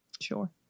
Sure